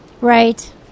Right